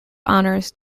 honours